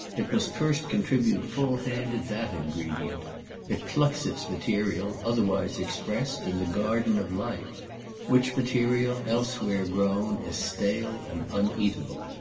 it must first contribute full-handed that ingredient it plucks its material, otherwise expressed, in the garden of life which material elsewhere grown is stale and uneatable.